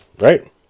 right